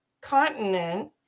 continent